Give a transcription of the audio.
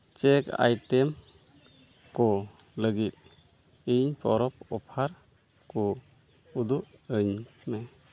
checks item ᱠᱚ ᱞᱟᱹᱜᱤᱫ ᱤᱧ ᱯᱚᱨᱚᱵᱽ ᱚᱯᱷᱟᱨ ᱠᱚ ᱩᱫᱩᱜ ᱟᱹᱧᱢᱮ